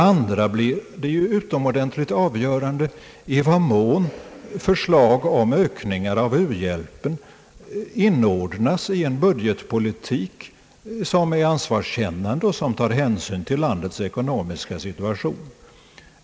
Vidare blir det utomordentligt avgörande i vad mån förslag om ökningar av u-hjälpen inordnas i en budgetpolitik som är ansvarskännande och tar hänsyn till landets ekonomiska situation.